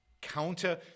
counter